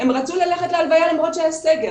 הם רצו ללכת ללוויה למרות שיש סגר.